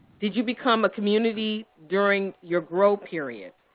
did you become a community during your grow period?